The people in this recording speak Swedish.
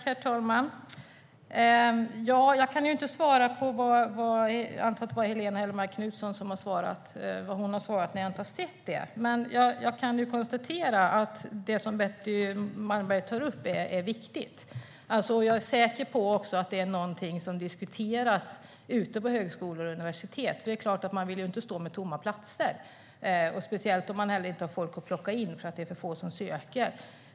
Herr talman! Jag antar att det var Helene Hellmark Knutsson som svarade på den skriftliga frågan, och jag kan inte kommentera svaret när jag inte har sett det. Men jag kan konstatera att det som Betty Malmberg tar upp är viktigt. Jag är säker på att det är något som diskuteras ute på högskolor och universitet. Det är klart att man inte vill stå med tomma platser, speciellt om det inte finns folk att plocka in eftersom det är så få som söker.